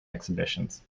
exhibitions